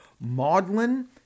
maudlin